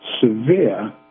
severe